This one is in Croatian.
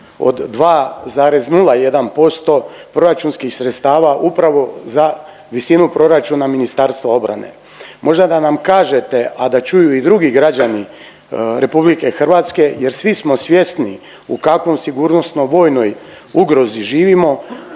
od 2,01% proračunskih sredstava upravo za visinu proračuna Ministarstva obrane. Možda da nam kažete, a da čuju i drugi građani Republike Hrvatske jer svi smo svjesni u kakvoj sigurnosno-vojnoj ugrozi živimo,